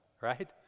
right